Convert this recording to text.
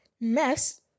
mess